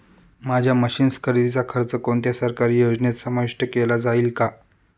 माझ्या मशीन्स खरेदीचा खर्च कोणत्या सरकारी योजनेत समाविष्ट केला जाईल का?